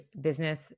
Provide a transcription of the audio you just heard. business